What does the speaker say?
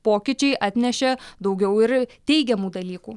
pokyčiai atnešė daugiau ir teigiamų dalykų